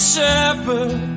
Shepherd